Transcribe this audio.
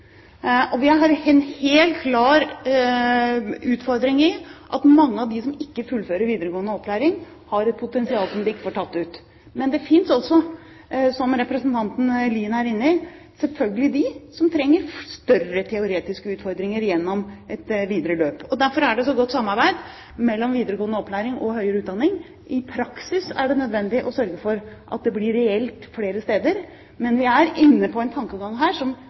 ikke fullfører videregående opplæring, har et potensial som de ikke får tatt ut. Men det finnes også, som representanten Lien er inne på, selvfølgelig dem som trenger større teoretiske utfordringer gjennom et videre løp. Derfor er det så godt samarbeid mellom videregående opplæring og høyere utdanning. I praksis er det nødvendig å sørge for at det blir reelt flere steder, men vi er inne på en tankegang her som